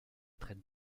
traitent